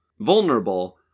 vulnerable